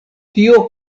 tio